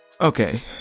Okay